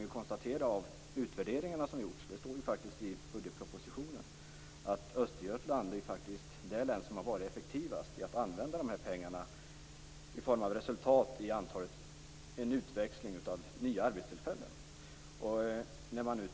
Vi kan av de utvärderingar som har gjorts konstatera - det framhålls bl.a. i budgetpropositionen - att Östergötlands län är det län som har varit effektivast när det gällt att växla ut de här pengarna till nya arbetstillfällen.